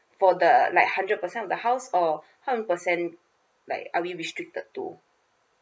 for the like hundred percent of the house or how many percent like are we restricted to